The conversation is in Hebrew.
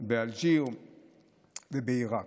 באלג'יר ובעיראק.